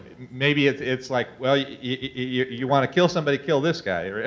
maybe it's, it's like, well, you you wanna kill somebody kill this guy.